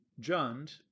jund